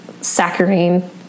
saccharine